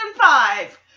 five